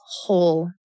whole